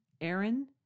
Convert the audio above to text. Aaron